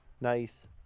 nice